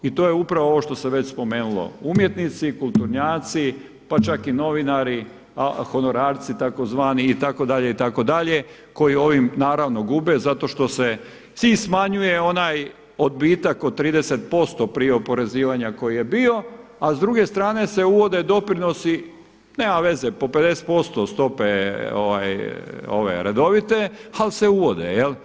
I to je upravo ovo što se spomenulo, umjetnici, kulturnjaci pa čak i novinari a honorarci tzv. itd., itd., koji ovim naravno gube zato što se … smanjuje onaj odbitak od 30% prije oporezivanja koji je bio a s druge strane se uvode doprinosi, nema veze po 50% stope redovite ali se uvode.